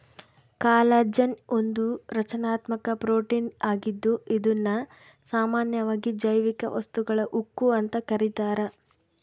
collagen ಒಂದು ರಚನಾತ್ಮಕ protein ಆಗಿದ್ದು ಇದುನ್ನ ಸಾಮಾನ್ಯವಾಗಿ ಜೈವಿಕ ವಸ್ತುಗಳ ಉಕ್ಕು ಅಂತ ಕರೀತಾರ